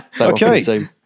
Okay